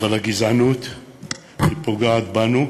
הגזענות פוגעת בנו,